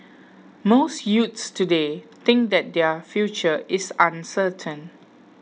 most youths today think that their future is uncertain